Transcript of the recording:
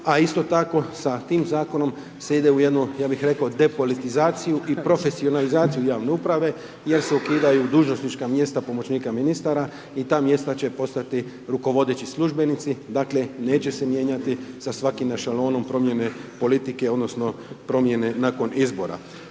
a isto tako sa tim zakonima se ide u jednu , ja bih rekao depolitizaciju i profesionalizaciju javne uprave, jer se ukidaju dužnosnička mjesta pomoćnika ministara i ta mjesta će postati rukovodeći službenici, dakle, neće se mijenjati sa svakim našalonom promijene politike, odnosno, promjene nakon izvora.